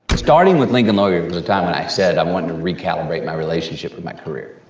starting with lincoln lawyer was a time and i said i wanted to recalibrate my relationship with my career.